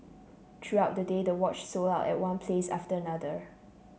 throughout the day the watch sold out at one place after another